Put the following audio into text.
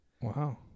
Wow